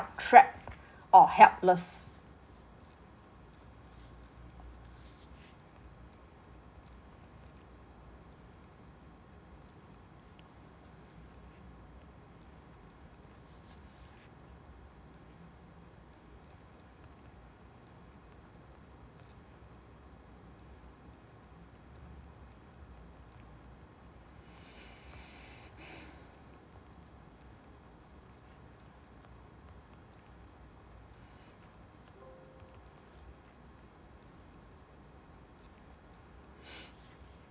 trapped or helpless